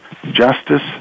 Justice